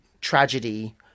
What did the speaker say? tragedy